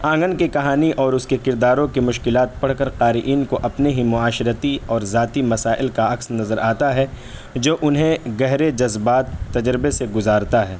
آنگن کی کہانی اور اس کے کرداروں کے مشکلات پڑھ کر قارئین کو اپنے ہی معاشرتی اور ذاتی مسائل کا عکس نظر آتا ہے جو انہیں گہرے جذبات تجربے سے گزارتا ہے